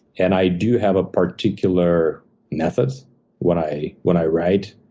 and i do have a particular method when i when i write.